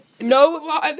No